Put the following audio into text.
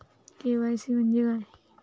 KYC म्हणजे काय आहे?